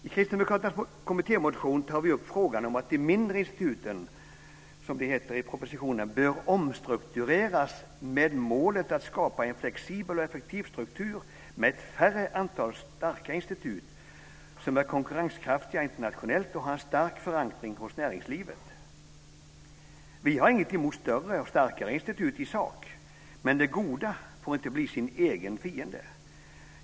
I kristdemokraternas kommittémotion tar vi upp frågan om att de mindre instituten, som det heter i propositionen, bör omstruktureras "med målet att skapa en flexibel och effektiv struktur med ett färre antal starka institut som är konkurrenskraftiga internationellt och har en stark förankring hos näringslivet". Vi har inget emot större och starkare institut i sak, men det goda får inte bli sin egen fiende.